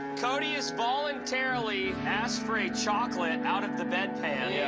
cody has voluntarily asked for a chocolate out of the bedpan, yeah